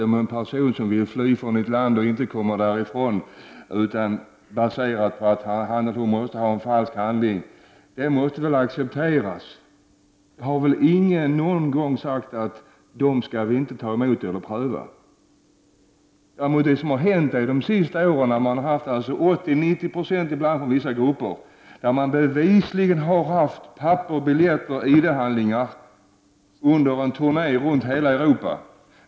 Om en person vill fly från ett land och inte kommer därifrån utan en viss handling, måste vi, det är väl helt klart, acceptera den handlingen. Ingen har väl sagt att vi inte skall ta emot sådana personer och pröva deras ansökan. Men ibland under de senaste åren har 80-90 96 av människorna i vissa grupper bevisligen haft t.ex. ID-handlingar och biljetter under en turné runt hela Europa.